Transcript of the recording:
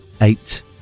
eight